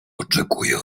oczekuje